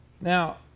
Now